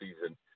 season